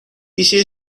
一些